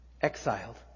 exiled